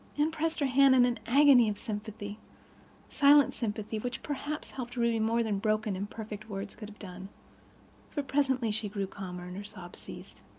anne pressed her hand in an agony of sympathy silent sympathy, which perhaps helped ruby more than broken, imperfect words could have done for presently she grew calmer and her sobs ceased.